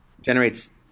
generates